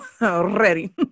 ready